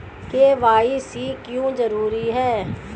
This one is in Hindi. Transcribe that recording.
के.वाई.सी क्यों जरूरी है?